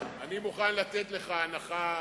אני מוכן לתת לך הנחה,